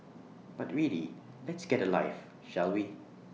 but really let's get A life shall we